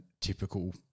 typical